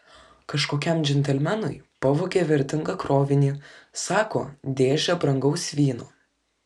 kažkokiam džentelmenui pavogė vertingą krovinį sako dėžę brangaus vyno